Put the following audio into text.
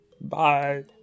Bye